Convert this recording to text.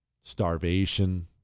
starvation